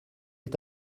est